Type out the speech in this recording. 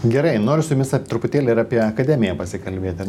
gerai noriu su jumis ap truputėlį ir apie akademiją pasikalbėt ar ne